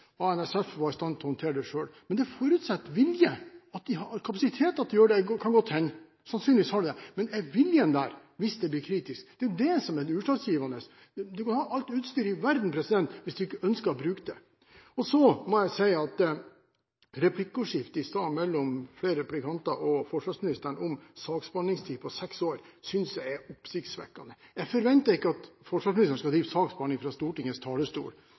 at ANSF var i stand til å håndtere det selv. Men det forutsetter vilje. At de har kapasitet til å gjøre det, kan godt hende – sannsynligvis har de det – men er viljen der hvis det blir kritisk? Det er jo det som er det utslagsgivende. Du kan ha alt utstyret i verden, men det hjelper ikke hvis du ikke ønsker å bruke det. Så jeg må si at jeg synes replikkordskiftet i sted – mellom flere replikanter og forsvarsministeren om en saksbehandlingstid på seks år – er oppsiktsvekkende. Jeg forventer ikke at forsvarsministeren skal drive saksbehandling fra Stortingets talerstol